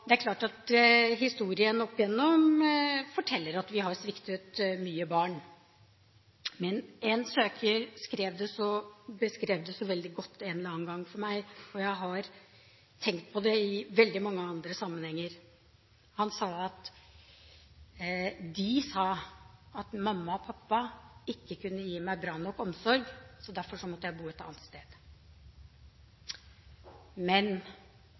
Det er klart at historien opp gjennom forteller at vi har sviktet mange barn. Men en søker beskrev det så veldig godt en eller annen gang for meg, og jeg har tenkt på det i veldig mange andre sammenhenger. Han sa: De sa at mamma og pappa ikke kunne gi meg bra nok omsorg, så derfor måtte jeg bo et annet sted. Men